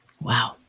Wow